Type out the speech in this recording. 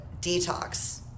detox